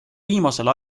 viimasel